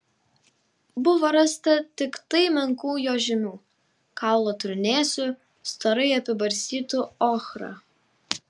buvo rasta tiktai menkų jo žymių kaulų trūnėsių storai apibarstytų ochra